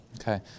Okay